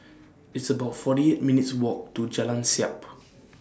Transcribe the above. It's about forty eight minutes' Walk to Jalan Siap